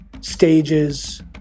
stages